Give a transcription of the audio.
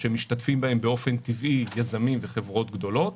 שמשתתפים בהם באופן טבעי יזמים וחברות גדולות,